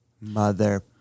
mother